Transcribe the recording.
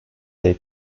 they